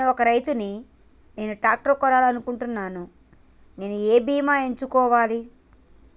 నేను ఒక రైతు ని నేను ట్రాక్టర్ కొనాలి అనుకుంటున్నాను నేను ఏ బీమా ఎంచుకోవాలి?